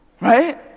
Right